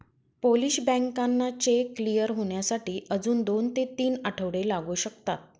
Polish बँकांना cheque clear होण्यासाठी अजून दोन ते तीन आठवडे लागू शकतात